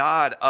God